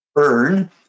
earn